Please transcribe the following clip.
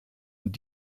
mit